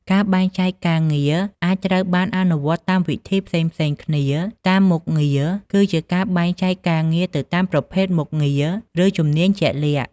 ការបែងចែកការងារអាចត្រូវបានអនុវត្តតាមវិធីផ្សេងៗគ្នា តាមមុខងារ គឺជាការបែងចែកការងារទៅតាមប្រភេទមុខងារ ឬជំនាញជាក់លាក់។